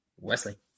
Wesley